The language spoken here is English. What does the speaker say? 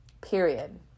Period